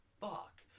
fuck